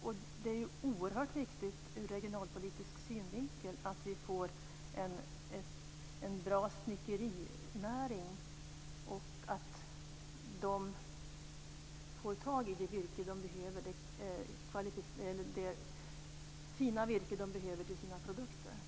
Ur regionalpolitisk synvinkel är det oerhört viktigt att vi får en bra snickerinäring och att den får tag i det fina virke den behöver till sina produkter.